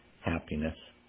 happiness